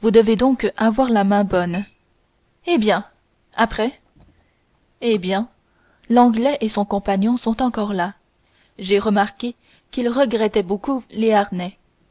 vous devez donc avoir la main bonne eh bien après eh bien l'anglais et son compagnon sont encore là j'ai remarqué qu'ils regrettaient beaucoup les harnais